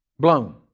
Blown